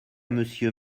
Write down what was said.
monsieur